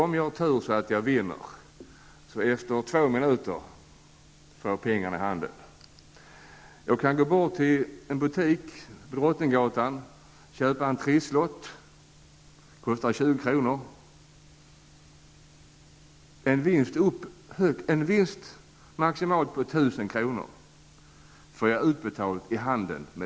Om jag har tur och vinner, får jag pengarna i handen inom loppet av två minuter. Jag skulle också kunna gå bort till en butik på Drottninggatan och köpa en Trisslott. En sådan kostar 20 kr. En vinst om maximalt 1 000 kr. får jag genast kontant i handen.